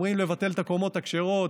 אומרים: לבטל את הקומות הכשרות,